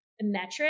metric